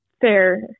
fair